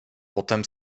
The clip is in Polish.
potem